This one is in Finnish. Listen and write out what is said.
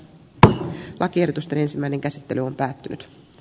turkka kertusta ensimmäinen käsittely on päättynyt